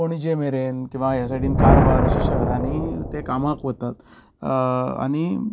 पणजे मेरेन किंवां ह्या सायडीन कारवार अशे शहरांनी ते कामाक वतात आनी